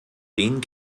den